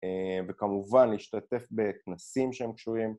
וכמובן להשתתף בכנסים שהם קשורים